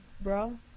bro